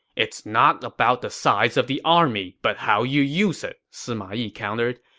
it's not about the size of the army, but how you use it, sima yi countered.